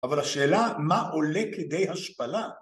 אבל השאלה, מה עולה כדי השפלה?